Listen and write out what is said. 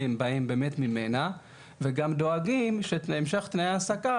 הם באים באמת ממנה וגם אנחנו דואגים להמשך תנאי ההעסקה,